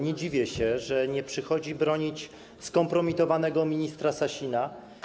Nie dziwię się, że nie przychodzi bronić skompromitowanego ministra Sasina.